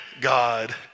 God